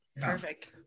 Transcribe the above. Perfect